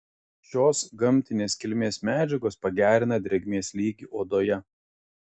šios gamtinės kilmės medžiagos pagerina drėgmės lygį odoje